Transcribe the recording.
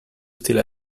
steal